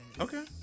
okay